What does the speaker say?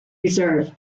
reserve